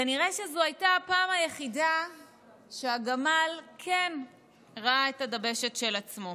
כנראה זו הייתה הפעם היחידה שהגמל כן ראה את הדבשת של עצמו,